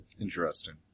Interesting